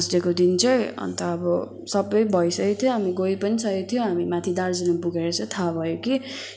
थर्सडेको दिन चाहिँ अन्त अब सबै भइसकेको थियो हामी गई पनि सकेको थियौँ माथि दार्जिलिङ पुगेर चाहिँ थाहा भयो कि